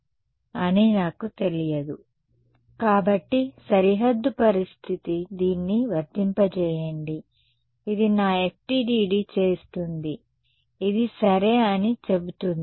So the boundary condition is going to say that this కాబట్టి సరిహద్దు condition దీన్ని వర్తింపజేయండి ఇది నా FDTD చేస్తుంది ఇది సరే అని చెబుతుంది